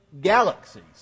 galaxies